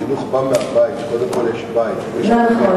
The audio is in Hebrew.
החינוך בא מהבית, קודם כול יש בית, זה נכון.